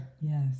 Yes